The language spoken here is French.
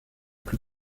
plus